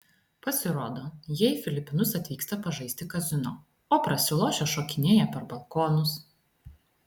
pasirodo jie į filipinus atvyksta pažaisti kazino o prasilošę šokinėja per balkonus